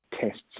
tests